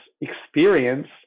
experience